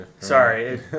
Sorry